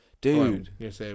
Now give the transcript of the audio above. Dude